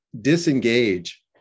disengage